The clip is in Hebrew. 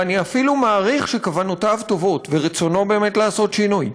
ואני אפילו מעריך שכוונותיו טובות ורצונו באמת לעשות שינוי.